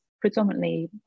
predominantly